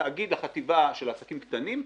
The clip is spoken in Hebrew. תאגיד לחטיבה של העסקים הקטנים,